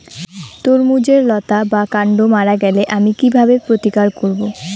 তরমুজের লতা বা কান্ড মারা গেলে আমি কীভাবে প্রতিকার করব?